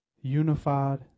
Unified